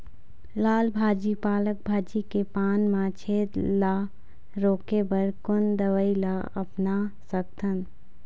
लाल भाजी पालक भाजी के पान मा छेद ला रोके बर कोन दवई ला अपना सकथन?